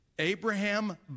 Abraham